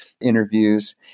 interviews